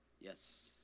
Yes